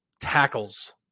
tackles